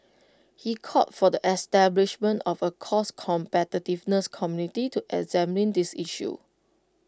he called for the establishment of A cost competitiveness committee to examine these issues